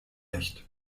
nicht